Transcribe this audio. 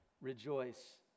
rejoice